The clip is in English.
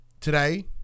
today